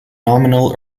nominal